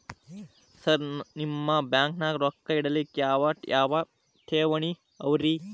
Sir ನಿಮ್ಮ ಬ್ಯಾಂಕನಾಗ ರೊಕ್ಕ ಇಡಲಿಕ್ಕೆ ಯಾವ್ ಯಾವ್ ಠೇವಣಿ ಅವ ರಿ?